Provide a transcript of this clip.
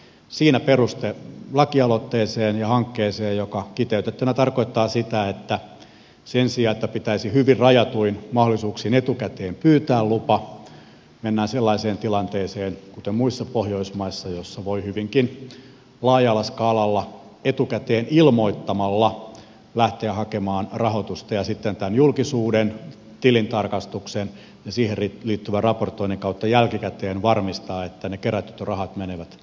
siinä peruste lakialoitteeseen ja hankkeeseen joka kiteytettynä tarkoittaa sitä että sen sijaan että pitäisi hyvin rajatuin mahdollisuuksin etukäteen pyytää lupa mennään sellaiseen tilanteeseen kuten muissa pohjoismaissa jossa voi hyvinkin laajalla skaalalla etukäteen ilmoittamalla lähteä hakemaan rahoitusta ja sitten tämän julkisuuden tilintarkastuksen ja siihen liittyvän raportoinnin kautta jälkikäteen varmistaa että ne kerätyt rahat menevät sinne minne tarkoitus on